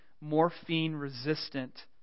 morphine-resistant